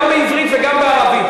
גם בעברית וגם בערבית.